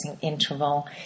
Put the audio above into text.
interval